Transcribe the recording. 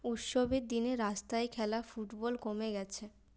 উৎসবের দিনে রাস্তায় খেলা ফুটবল কমে গেছে